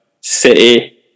City